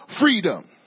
freedom